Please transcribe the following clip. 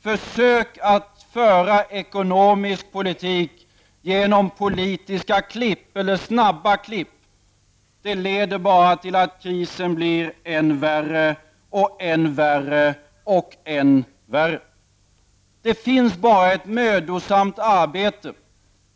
Försök att föra ekonomisk politik genom snabba klipp leder bara till att krisen blir än värre. Det finns bara ett mödosamt arbete